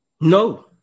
No